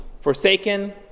Forsaken